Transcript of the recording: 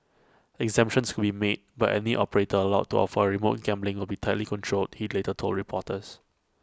exemptions could be made but any operator allowed to offer remote gambling will be tightly controlled he later told reporters